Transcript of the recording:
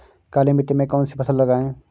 काली मिट्टी में कौन सी फसल लगाएँ?